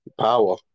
power